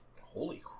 Holy